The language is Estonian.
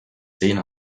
teine